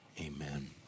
Amen